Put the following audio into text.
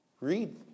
Read